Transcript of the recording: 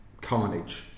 carnage